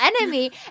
enemy